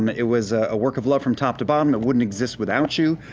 um it was a work of love, from top to bottom, that wouldn't exist without you.